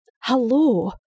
Hello